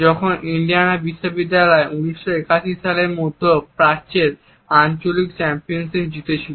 যখন ইন্ডিয়ানা বিশ্ববিদ্যালয় 1981 সালের মধ্য প্রাচ্যের আঞ্চলিক চ্যাম্পিয়নশিপ জিতেছিল